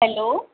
hello